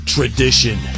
Tradition